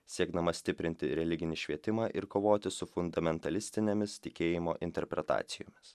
siekdama stiprinti religinį švietimą ir kovoti su fundamentalistinėmis tikėjimo interpretacijomis